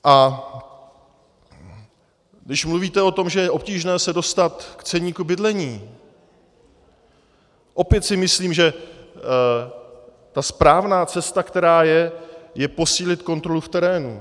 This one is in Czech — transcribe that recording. A když mluvíte o tom, že je obtížné se dostat k ceníku bydlení, opět si myslím, že ta správná cesta, která je, je posílit kontrolu v terénu.